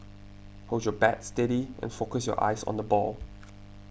hold your bat steady and focus your eyes on the ball